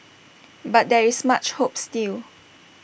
but there is much hope still